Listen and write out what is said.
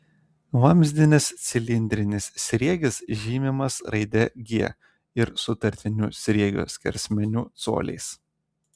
vamzdinis cilindrinis sriegis žymimas raide g ir sutartiniu sriegio skersmeniu coliais